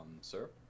sir